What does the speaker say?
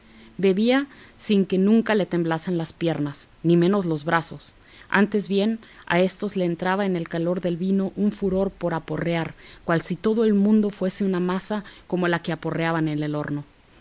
bebía sin que nunca le temblasen las piernas ni menos los brazos antes bien a éstos les entraba con el calor del vino un furor por aporrear cual si todo el mundo fuese una masa como la que aporreaban en el horno